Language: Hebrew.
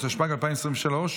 התשפ"ג 2023,